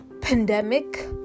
pandemic